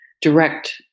direct